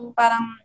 parang